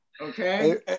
Okay